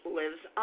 lives